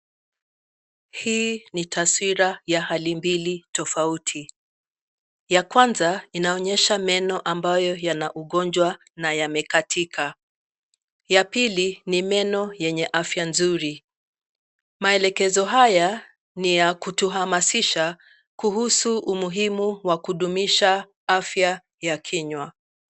Hii ni taswira ya hali mbili tofauti ya kwanza inaonyesha meno ambayo yana ugonjwa na yamekatika ya pili ni meno yenye afya nzuri. Maelekezo haya ni ya kutuhamasisha kuhusu umuhimu wa kudumisha afya ya kinywa.